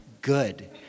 good